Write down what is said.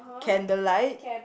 candle light